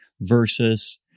versus